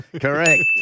Correct